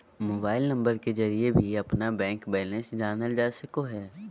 mobile number के जरिए भी अपना बैंक बैलेंस जानल जा सको हइ